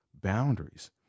boundaries